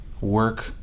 work